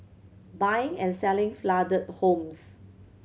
buying and selling flooded homes